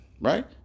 Right